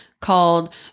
called